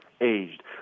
aged